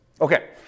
Okay